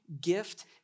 gift